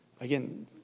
Again